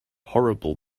horrible